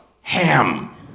ham